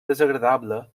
desagradable